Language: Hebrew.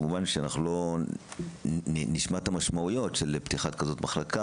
כמובן שאנחנו לא נשמע את המשמעויות של פתיחת מחלקה כזאת,